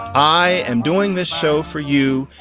i am doing this show for you.